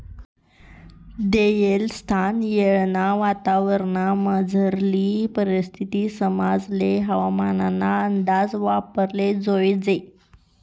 देयेल स्थान आणि येळना वातावरणमझारली परिस्थिती समजाले हवामानना अंदाज वापराले जोयजे